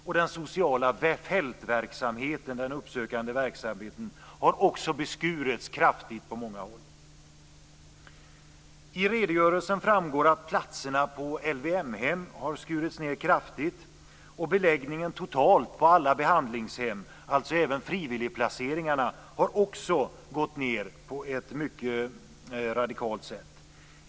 Även den sociala fältverksamheten, den uppsökande verksamheten, har kraftigt beskurits på många håll. LVM-hem har skurits ned kraftigt. Beläggningen totalt på alla behandlingshem - det gäller alltså även frivilligplaceringarna, har också gått ned på ett mycket radikalt sätt.